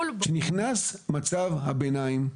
כשנכנס מצב הבינים,